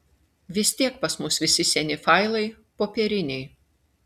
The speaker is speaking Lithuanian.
vis tiek pas mus visi seni failai popieriniai